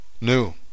new